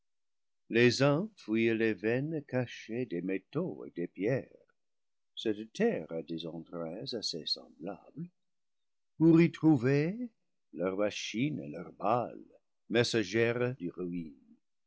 les uns fouillent les veines cachées des métaux et des pierres cette terre a des entrailles assez semblables pour y trouver leurs machines et leurs balles messagères de ruine